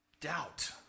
doubt